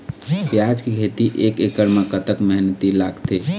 प्याज के खेती एक एकड़ म कतक मेहनती लागथे?